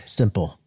simple